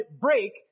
break